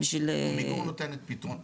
עמיגור נותנת פתרון,